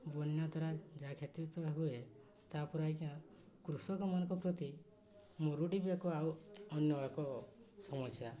ବନ୍ୟା ଦ୍ୱାରା ଯାହା କ୍ଷତି ତ ହୁଏ ତା'ପରେ ଆଜ୍ଞା କୃଷକମାନଙ୍କ ପ୍ରତି ମରୁଡ଼ି ବି ଏକ ଆଉ ଅନ୍ୟ ଏକ ସମସ୍ୟା